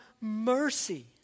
mercy